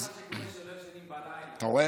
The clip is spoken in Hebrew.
מתן, זה מה שקורה כשלא ישנים בלילה, לא מדויקים.